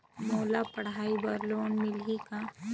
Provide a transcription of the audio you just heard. मोला पढ़ाई बर लोन मिलही का?